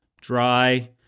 dry